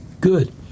Good